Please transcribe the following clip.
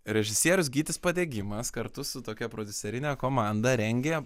režisierius gytis padegimas kartu su tokia prodiuserine komanda rengė